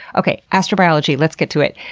okay, astrobiology. let's get to it.